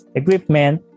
equipment